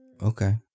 Okay